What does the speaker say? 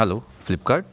hello Flipkart